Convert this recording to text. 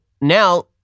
now